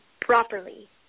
properly